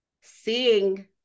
seeing